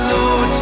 Lord